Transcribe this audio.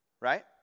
Right